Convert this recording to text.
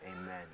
amen